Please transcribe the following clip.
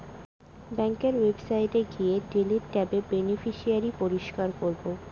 ব্যাঙ্কের ওয়েবসাইটে গিয়ে ডিলিট ট্যাবে বেনিফিশিয়ারি পরিষ্কার করাবো